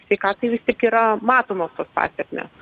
sveikatai vis tik yra matoma pasėkmės